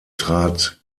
trat